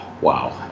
wow